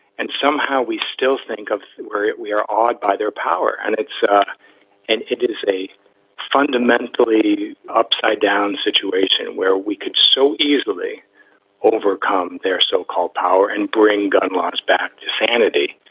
and somehow we still think of where we are awed by their power and it's and it is a fundamentally upside down situation where we could so easily overcome their so-called power and bring gun lobbies back to sanity.